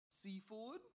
seafood